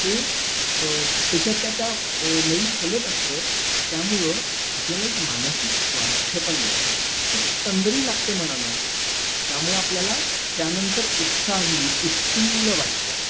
हे त्याच्या त्या त्या लयीत हलत असतं त्यामुळं आपल्याला एक मानसिक स्वास्थ्य पण मिळतं एक तंद्री लागते म्हणा ना त्यामुळं आपल्याला त्यानंतर उत्साही उत्फुल्ल वाटतं